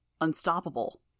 Unstoppable